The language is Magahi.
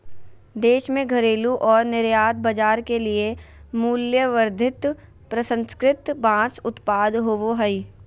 देश में घरेलू और निर्यात बाजार के लिए मूल्यवर्धित प्रसंस्कृत बांस उत्पाद होबो हइ